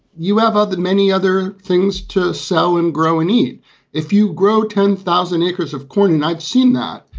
you have other many other things to sell and grow and eat if you grow ten thousand acres of corn. and i've seen that.